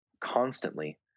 constantly